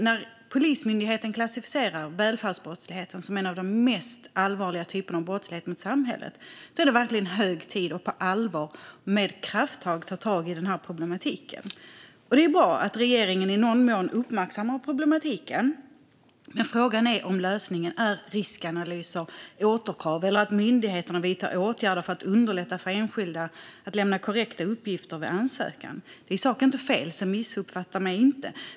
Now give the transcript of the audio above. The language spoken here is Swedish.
När Polismyndigheten klassificerar välfärdsbrottsligheten som en av de mest allvarliga slagen av brottslighet mot samhället är det verkligen hög tid att på allvar ta krafttag mot den här problematiken. Det är bra att regeringen i någon mån uppmärksammar problemet, men frågan är om lösningen är riskanalyser, återkrav eller att myndigheterna vidtar åtgärder för att underlätta för enskilda att lämna korrekta uppgifter vid ansökan. Detta är i sak inte fel, så missuppfatta mig inte.